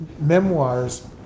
memoirs